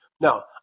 Now